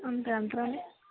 అంతే అంటారా అండి